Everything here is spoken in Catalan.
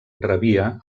rebia